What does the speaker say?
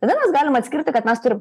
tada mes galim atskirti kad mes turim